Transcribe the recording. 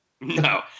No